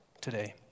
Today